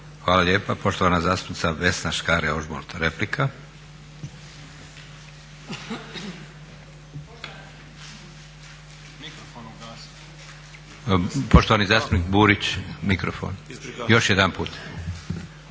Hvala lijepa. Poštovana zastupnica Vesna Škare-Ožbolt, replika. Poštovani zastupnik Burić mikrofon, još jedanput,